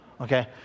okay